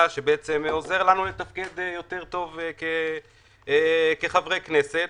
שעוזר לנו לתפקד טוב יותר כחברי כנסת.